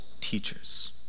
teachers